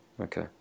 Okay